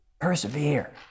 Persevere